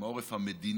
הם העורף המדיני,